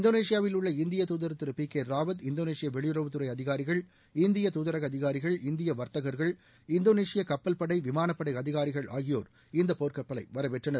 இந்தோனேஷியாவில் உள்ள இந்திய தூதர் திரு பி கே ராவத் இந்தோனேஷிய வெளியுறவுத்துறை அதிகாரிகள் இந்திய தூதரக அதிகாரிகள் இந்திய வர்த்தகர்கள் இந்தோனேஷிய கப்பல்படை விமானப்படை அதிகாரிகள் ஆகியோர் இந்த போர்க்கப்பலை வரவேற்றனர்